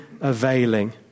availing